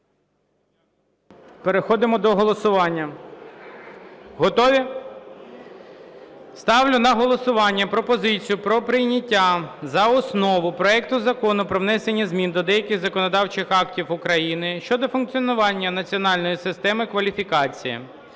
Переходимо до голосування. Готові? Ставлю на голосування пропозицію про прийняття за основу проекту Закону про внесення змін до деяких законодавчих актів України щодо функціонування національної системи кваліфікацій